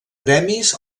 premis